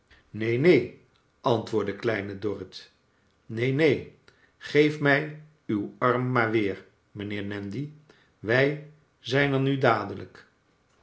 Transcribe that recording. neen neen antwoordde kleine dorrit neen neen geef mq uw arm maar weer mijnheer nandy wij zijn er nu dadelijk